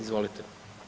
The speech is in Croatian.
Izvolite.